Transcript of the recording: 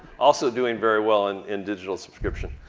also doing very well in in digital subscription.